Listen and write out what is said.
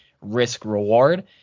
risk-reward